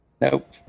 Nope